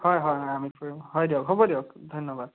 হয় হয় হয় আমি কৰিম হয় দিয়ক হ'ব দিয়ক ধন্যবাদ